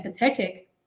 empathetic